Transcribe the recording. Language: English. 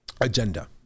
agenda